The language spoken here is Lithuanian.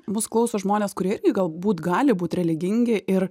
mus klauso žmonės kurie irgi galbūt gali būt religingi ir